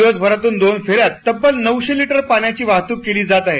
दिवसभरातून दोन फेऱ्यांत तब्बल नऊशे लीटर पाण्याची वाहतुक केली जाते